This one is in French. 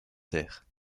taire